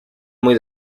muy